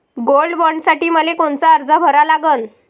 Gold बॉण्डसाठी मले कोनचा अर्ज भरा लागन?